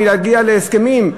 מלהגיע להסכמים.